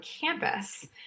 campus